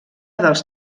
dels